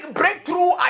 breakthrough